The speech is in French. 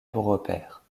beaurepaire